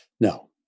No